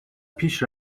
پیش